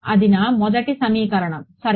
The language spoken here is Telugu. అది నా మొదటి సమీకరణం సరే